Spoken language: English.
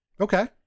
Okay